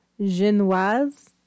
Genoise